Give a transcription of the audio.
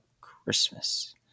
Christmas